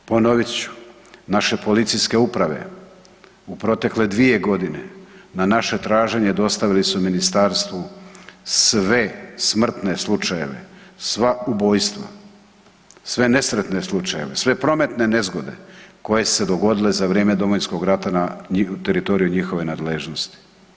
Ponovit ću, naše policijske uprave u protekle dvije godine na naše traženje dostavili su ministarstvu sve smrtne slučajeve, sva ubojstva, sve nesretne slučajeve, sve prometne nezgodne koje su se dogodile za vrijeme Domovinskog rata na teritoriju njihove nadležnosti.